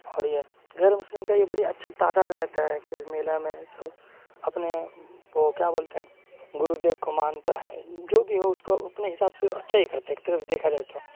اور یہ غیر مسلم کا یہ بڑی اچھا تعداد رہتا ہے کہ اس میلہ میں سب اپنے وہ کیا بولتے ہیں گرو دیو کو مانتا ہے جو بھی ہو اس کو اپنے حساب سے وہ اچھا ہی کرتا ہے ایک طرف دیکھا رہتا